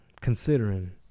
considering